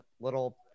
little